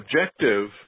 objective